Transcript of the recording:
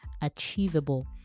achievable